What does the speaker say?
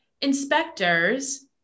Inspectors